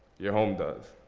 your home does.